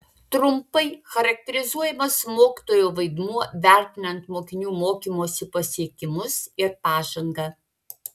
trumpai charakterizuojamas mokytojo vaidmuo vertinant mokinių mokymosi pasiekimus ir pažangą